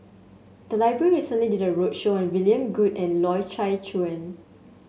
the library recently did a roadshow on William Goode and Loy Chye Chuan